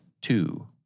two